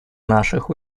наших